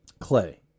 Clay